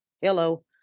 hello